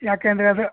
ಏಕೆಂದ್ರೆ ಅದು